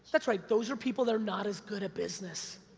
that's right, those are people that are not as good at business.